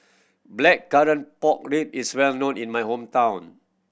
blackcurrant pork rib is well known in my hometown